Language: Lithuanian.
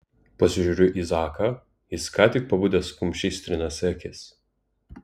pasižiūriu į zaką jis ką tik pabudęs kumščiais trinasi akis